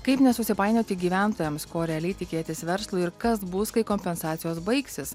kaip nesusipainioti gyventojams ko realiai tikėtis verslui ir kas bus kai kompensacijos baigsis